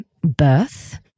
birth